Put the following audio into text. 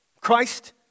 Christ